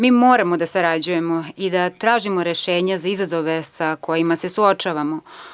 Mi moramo da sarađujemo i da tražimo rešenja za izazove sa kojima se suočavamo.